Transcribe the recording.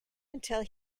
until